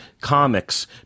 comics